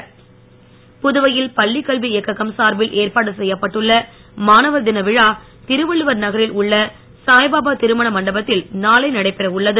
மாணவர் தின விழா புதுவையில் பள்ளி கல்வி இயக்ககம் சார்பில் ஏற்பாடு செய்யப்பட்டுள்ள மாணவர் தின் விழா திருவன்ளுவர் நகரில் உள்ள சாய்பாபா திருமண மண்டபத்தில் நாளை நடைபெற உள்ளது